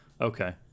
Okay